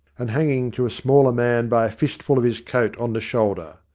and hanging to a smaller man by a fistful of his coat on the shoulder.